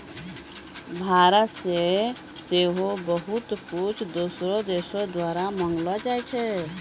भारतो से सेहो बहुते कुछु दोसरो देशो द्वारा मंगैलो जाय छै